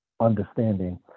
understanding